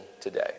today